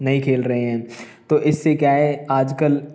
नहीं खेल रहे है तो इससे क्या है आजकल